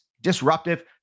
disruptive